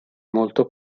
molto